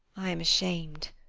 i am asham'd.